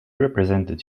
represented